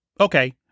Okay